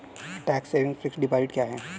Tax saving fixed deposit क्या है?